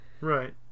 Right